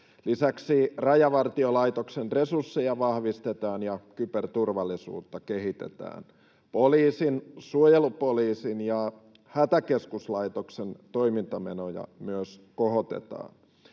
Lisäksi Rajavartiolaitoksen resursseja vahvistetaan ja kyberturvallisuutta kehitetään. Poliisin, suojelupoliisin ja Hätäkeskuslaitoksen toimintamenoja myös kohotetaan.